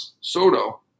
Soto